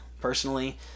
personally